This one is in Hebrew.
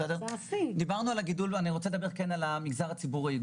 דיברנו על הגודל של המגזר הציבורי.